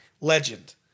legend